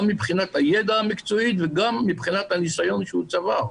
גם מבחינת הידע המקצועי וגם מבחינת הניסיון שהוא צבר.